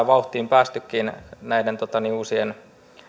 vauhtiin päässeetkin näiden uusien